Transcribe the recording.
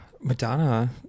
madonna